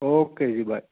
okay ਜੀ bye